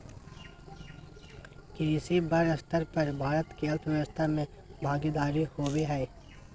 कृषि बड़ स्तर पर भारत के अर्थव्यवस्था में भागीदारी होबो हइ